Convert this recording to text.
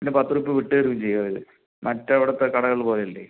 പിന്നെ പത്ത് റുപ്പിയ വിട്ട് തരികയും ചെയ്യും അവര് മറ്റ് അവിടുത്തെ കടകള് പോലെയല്ലെ